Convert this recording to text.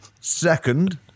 Second